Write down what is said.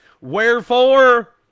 Wherefore